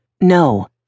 No